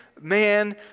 man